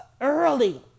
early